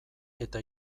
eta